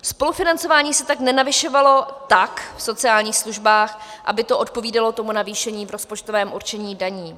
Spolufinancování se nenavyšovalo v sociálních službách tak, aby to odpovídalo tomu navýšení v rozpočtovém určení daní.